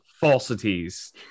falsities